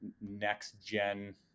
next-gen